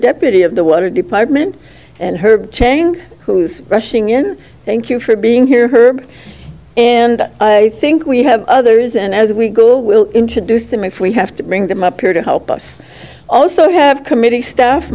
deputy of the water department and herb chang who's rushing in thank you for being here herb and i think we have others and as we go we'll introduce them if we have to bring them up here to help us also have committee staff